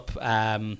up